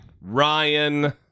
Ryan